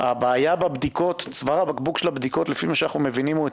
הבעיה היא שצוואר הבקבוק של הבדיקות הוא אצלכם,